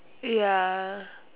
ya